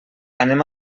anem